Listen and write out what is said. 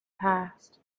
passed